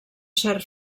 cert